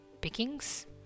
pickings